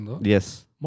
Yes